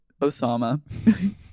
Osama